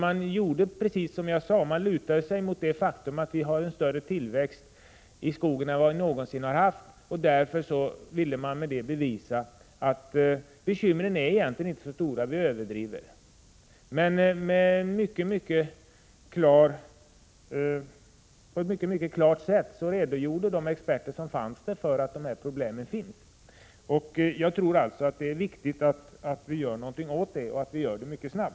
Man gjorde precis som jag sade, man lutade sig mot det faktum att vi har en större tillväxt i skogen än vi någonsin har haft, och med det ville man bevisa att bekymren inte är så stora. Experterna som deltog i konferensen redogjorde dock på ett mycket klargörande sätt för att de här problemen finns. Jag tror alltså att det är — Prot. 1986/87:124 viktigt att vi gör någonting och att vi gör det mycket snabbt.